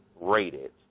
rated